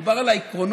מדובר על העקרונות,